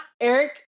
Eric